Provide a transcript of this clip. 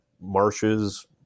marshes